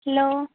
hello